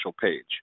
page